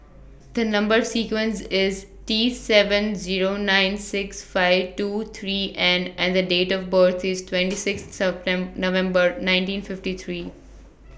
The Number sequence IS T seven Zero nine six five two three N and The Date of birth IS twenty six September November nineteen fifty three